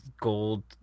Gold